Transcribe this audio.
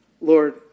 Lord